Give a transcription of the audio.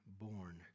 born